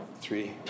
three